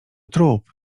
trup